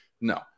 No